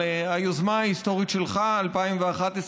את היוזמה ההיסטורית שלך מ-2011,